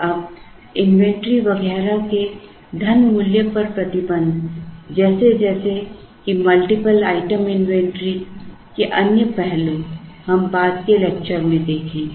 अब इनवेंटरी वगैरह के पैसे के मूल्य पर प्रतिबंध जैसे जैसे कि मल्टीपल आइटम इन्वेंटरी के अन्य पहलू हम बाद के लेक्चर में देखेंगे